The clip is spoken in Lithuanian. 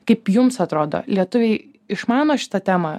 kaip jums atrodo lietuviai išmano šitą temą